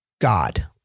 God